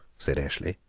said eshley.